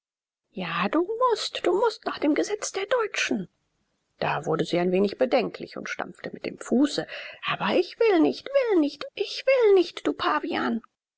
ja du mußt du mußt nach dem gesetz der deutschen da wurde sie ein wenig bedenklich und stampfte mit dem fuße aber ich will nicht will nicht ich will nicht du pavian